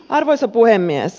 arvoisa puhemies